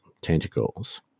tentacles